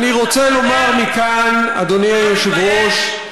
שכחת שהוא רצח שוטר?